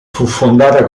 fondata